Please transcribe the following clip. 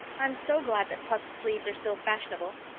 i'm so glad that puffed sleeves are still fashionable.